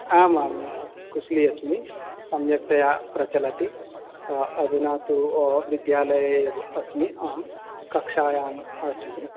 आमामां कुशली अस्मि सम्यक्तया प्रचलति अधुना तु विद्यालये एव अस्मि अहं कक्षायाम् अस्मि